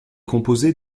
composée